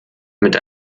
mit